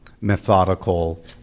methodical